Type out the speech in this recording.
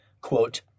Quote